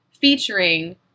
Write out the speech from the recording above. featuring